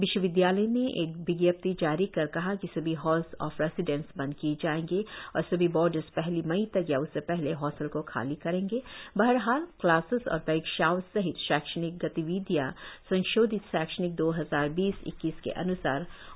विश्वविद्यालय ने एक विज्ञप्ति जारी कर कहा कि सभी हाल्स ऑफ रेसिडेंस बंद किए जाएंगे और सभी बॉडर्स पहली मई तक या उससे पहले हॉस्टल को खाली करेंगे बहरहाल क्लासेस और परीक्षाओं सहित शैक्षणिक गतिविधियों संशोधित शैक्षणिक दो हजार बीस इक्कीस के अन्सार ऑनलाइन किया जायेगा